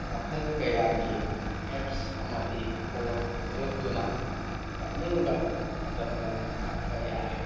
ꯃꯈꯜ ꯀꯌꯥꯒꯤ ꯑꯦꯞꯁ ꯑꯃꯗꯤ ꯐꯣꯟ ꯊꯣꯛꯂꯛꯇꯨꯅ ꯀꯥꯞꯅꯤꯡꯕ ꯃꯇꯝꯗ ꯀꯥꯞꯄ ꯌꯥꯔꯦ